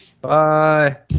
Bye